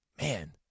Man